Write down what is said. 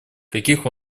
каких